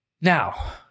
Now